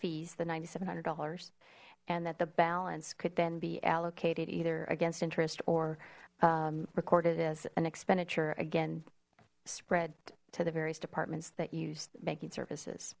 fees the nine thousand seven hundred dollars and that the balance could then be allocated either against interest or recorded as an expenditure again spread to the various departments that use banking services